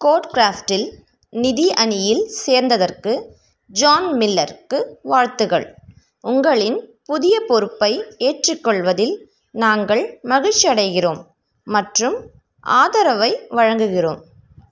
கோட்கிராஃப்டில் நிதி அணியில் சேர்ந்ததற்கு ஜான் மில்லருக்கு வாழ்த்துகள் உங்களின் புதிய பொறுப்பை ஏற்றுக்கொள்வதில் நாங்கள் மகிழ்ச்சியடைகிறோம் மற்றும் ஆதரவை வழங்குகிறோம்